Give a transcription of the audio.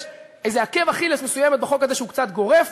יש עקב אכילס מסוים בחוק הזה שהוא קצת גורף,